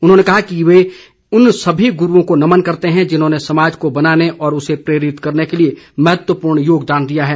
उन्होंने कहा है कि वे उन सभी गुरूओं को नमन करते हैं जिन्होंने समाज को बनाने और उसे प्रेरित करने के लिए महत्वपूर्ण योगदान दिया है